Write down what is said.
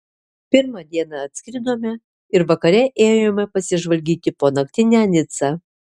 pirmą dieną atskridome ir vakare ėjome pasižvalgyti po naktinę nicą